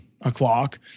o'clock